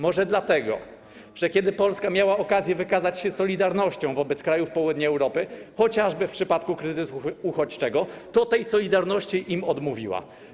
Może dlatego, że kiedy Polska miała okazję wykazać się solidarnością wobec krajów południa Europy, chociażby w przypadku kryzysu uchodźczego, to tej solidarności im odmówiła.